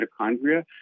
mitochondria